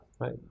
Right